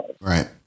Right